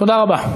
תודה רבה.